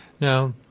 Now